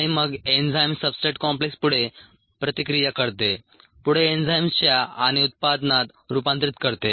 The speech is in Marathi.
आणि मग एन्झाईम्स सबस्ट्रेट कॉम्प्लेक्स पुढे प्रतिक्रिया करते पुढे एन्झाईम्स आणि उत्पादनात रुपांतरीत करते